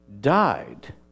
died